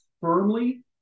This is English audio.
firmly